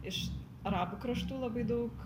iš arabų kraštų labai daug